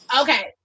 Okay